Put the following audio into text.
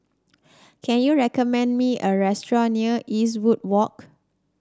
can you recommend me a restaurant near Eastwood Walk